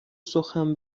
سخن